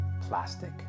plastic